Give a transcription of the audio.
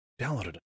downloaded